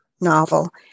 novel